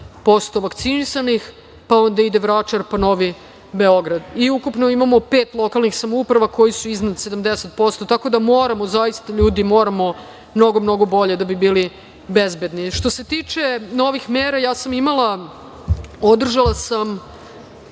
77,7% vakcinisanih, pa onda ide Vračar, pa Novi Beograd. Ukupno imamo pet lokalnih samouprava koje su iznad 70%. Tako da, zaista ljudi moramo mnogo, mnogo bolje da bi bili bezbedni. Što se tiče novih mera, održala sam